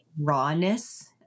rawness